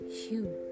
hue